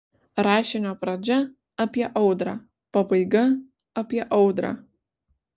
rašinio pradžia apie audrą pabaiga apie audrą